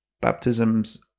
baptisms